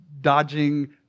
dodging